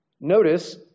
notice